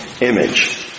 image